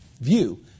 view